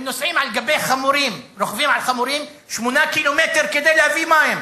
הם רוכבים על חמורים 8 קילומטרים כדי להביא מים.